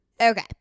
Okay